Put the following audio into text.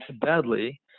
badly